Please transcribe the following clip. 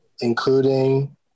including